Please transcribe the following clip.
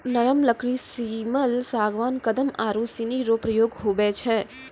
नरम लकड़ी सिमल, सागबान, कदम आरू सनी रो प्रयोग हुवै छै